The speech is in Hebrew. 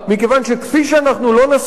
מכיוון שכפי שאנחנו